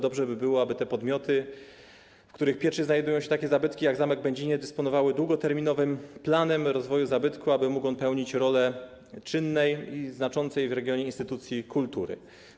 Dobrze by było, aby te podmioty, w których pieczy znajdują się takie zabytki jak zamek w Będzinie, dysponowały długoterminowym planem rozwoju zabytku, aby mógł on pełnić rolę czynnej i znaczącej w regionie instytucji kultury.